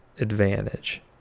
advantage